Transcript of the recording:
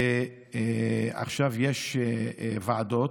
עכשיו ישנן ועדות,